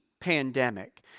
pandemic